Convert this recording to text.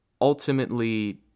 ultimately